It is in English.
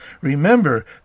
Remember